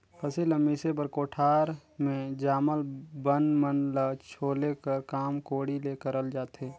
फसिल ल मिसे बर कोठार मे जामल बन मन ल छोले कर काम कोड़ी ले करल जाथे